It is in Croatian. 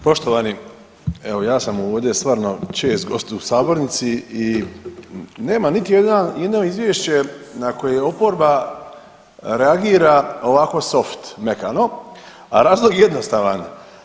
Poštovani, evo ja sam ovdje stvarno čest gost u sabornici i nema niti jedno izvješće na koje oporba reagira ovako soft, mekano, a razlog je jednostavan.